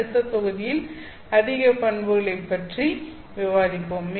அடுத்த தொகுதியில் அதிக பண்புகளை பற்றி விவாதிப்போம்